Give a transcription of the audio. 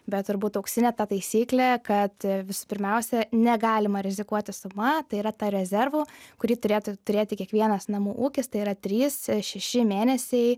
bet turbūt auksinė ta taisyklė kad visų pirmiausia negalima rizikuoti suma tai yra ta rezervų kurį turėtų turėti kiekvienas namų ūkis tai yra trys šeši mėnesiai